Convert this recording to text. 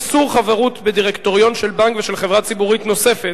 איסור חברות בדירקטוריון של בנק ושל חברה ציבורית נוספת).